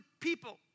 people